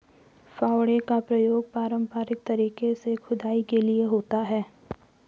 फावड़े का प्रयोग पारंपरिक तरीके से खुदाई के लिए होता है